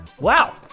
Wow